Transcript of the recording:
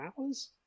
hours